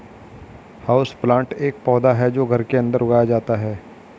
houseplant एक पौधा है जो घर के अंदर उगाया जाता है